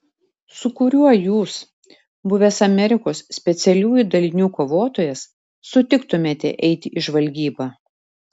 su kuriuo jūs buvęs amerikos specialiųjų dalinių kovotojas sutiktumėte eiti į žvalgybą